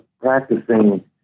practicing